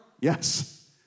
Yes